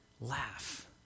laugh